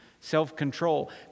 self-control